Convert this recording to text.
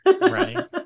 Right